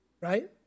right